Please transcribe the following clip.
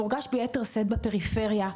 מורגש ביתר שאת בפריפריה.